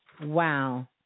Wow